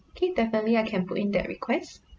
okay definitely I can put in that request